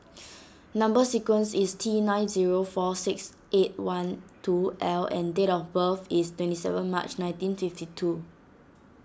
Number Sequence is T nine zero four six eight one two L and date of birth is twenty seven March nineteen fifty two